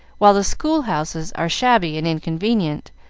while the school-houses are shabby and inconvenient,